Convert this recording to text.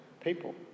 people